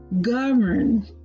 govern